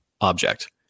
object